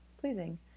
pleasing